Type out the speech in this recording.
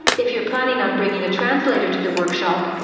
if you're planning on bringing a translator to the workshop,